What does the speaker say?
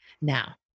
now